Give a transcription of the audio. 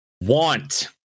want